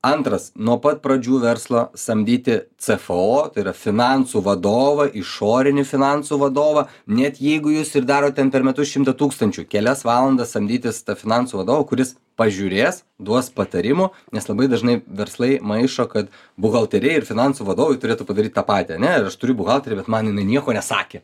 antras nuo pat pradžių verslo samdyti cfo tai yra finansų vadovą išorinį finansų vadovą net jeigu jūs ir darot ten per metus šimtą tūkstančių kelias valandas samdytis tą finansų vadovą kuris pažiūrės duos patarimų nes labai dažnai verslai maišo kad buhalteriai ir finansų vadovai turėtų padaryt tą patį ane aš turiu buhalterį bet jinai man nieko nesakė